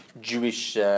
Jewish